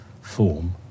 form